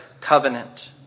covenant